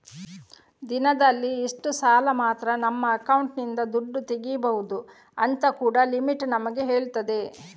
ದಿನದಲ್ಲಿ ಇಷ್ಟು ಸಲ ಮಾತ್ರ ನಮ್ಮ ಅಕೌಂಟಿನಿಂದ ದುಡ್ಡು ತೆಗೀಬಹುದು ಅಂತ ಕೂಡಾ ಲಿಮಿಟ್ ನಮಿಗೆ ಹೇಳ್ತದೆ